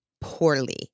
poorly